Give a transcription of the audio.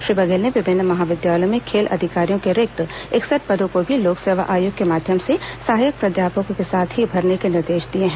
श्री बघेल ने विभिन्न महाविद्यालयों में खेल अधिकारियों के रिक्त इकसठ पदों को भी लोक सेवा आयोग के माध्यम से सहायक प्राध्यापकों के साथ ही भरने के निर्देश दिए हैं